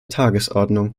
tagesordnung